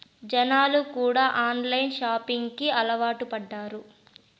జనాలు కూడా online shopping కి అలవాటు పడ్డారు